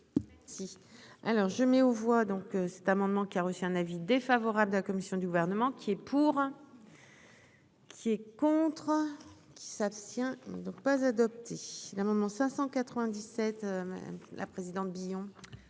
Si, alors je mets aux voix donc cet amendement qui a reçu un avis défavorable de la commission du gouvernement. Qui est pour, qui est contre qui s'abstient ne pas adopté l'amendement 597 la présidente Guillon.